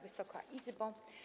Wysoka Izbo!